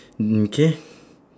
mm okay